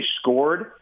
scored